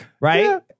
right